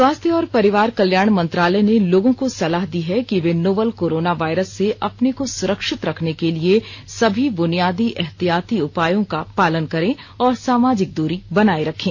स्वास्थ्य और परिवार कल्याण मंत्रालय ने लोगों को सलाह दी है कि वे नोवल कोरोना वायरस से अपने को सुरक्षित रखने के लिए सभी बुनियादी एहतियाती उपायों का पालन करें और सामाजिक दूरी बनाए रखें